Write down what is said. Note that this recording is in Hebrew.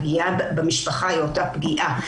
הפגיעה במשפחה היא אותה פגיעה.